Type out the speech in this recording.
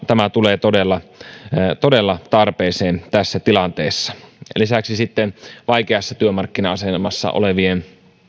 tämä tulee todella todella tarpeeseen tässä tilanteessa lisäksi vaikeassa työmarkkina asemassa olevien